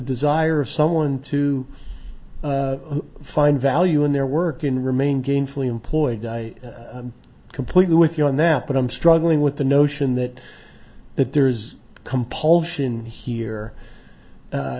desire of someone to find value in their work and remain gainfully employed i completely with you on that but i'm struggling with the notion that that there is compulsion here